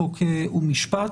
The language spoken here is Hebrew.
חוק ומשפט,